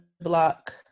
block